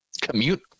commute